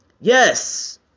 Yes